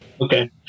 Okay